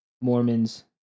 Mormons